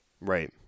Right